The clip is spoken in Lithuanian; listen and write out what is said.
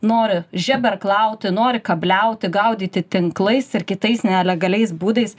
nori žeberklu auti norika bliauti gaudyti tinklais ir kitais nelegaliais būdais